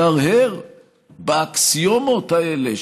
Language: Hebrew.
להרהר באקסיומות האלה,